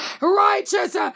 Righteous